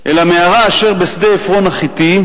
אל המערה אשר בשדה עפרון החתי,